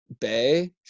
bay